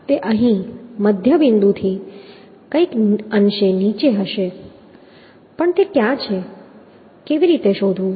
તે અહીં મધ્યબિંદુથી કંઈક અંશે નીચે હશે પણ તે ક્યાં છે કેવી રીતે શોધવું